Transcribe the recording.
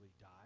die